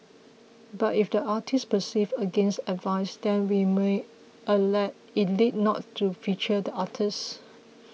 but if the artist persists against advice then we may elect not to feature the artist